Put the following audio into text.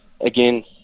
again